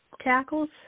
Tackles